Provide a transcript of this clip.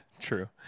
True